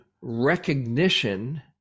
recognition